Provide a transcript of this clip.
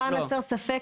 למען הסר ספק,